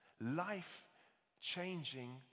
life-changing